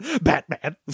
Batman